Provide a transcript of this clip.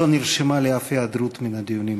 לא נרשמה לי אף היעדרות מן הדיונים האלה.